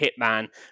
hitman